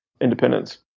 independence